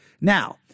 now